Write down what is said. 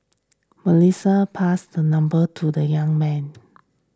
Melissa passed her number to the young man